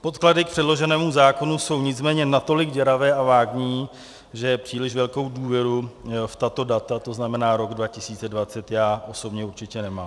Podklady k předloženému zákonu jsou nicméně natolik děravé a vágní, že příliš velkou důvěru v tato data, to znamená rok 2020, já osobně určitě nemám.